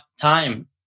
time